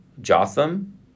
Jotham